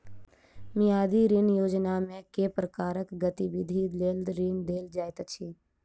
मियादी ऋण योजनामे केँ प्रकारक गतिविधि लेल ऋण देल जाइत अछि